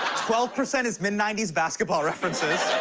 twelve percent is mid ninety s basketball references,